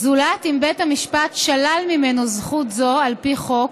זולת אם בית המשפט שלל ממנו זכות זו על פי חוק,